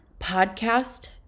podcast